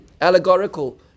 allegorical